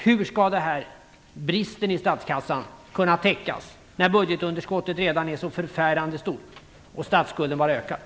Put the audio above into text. Hur skall bristen i statskassan kunna täckas när budgetunderskottet redan är så förfärande stort och statsskulden bara ökar?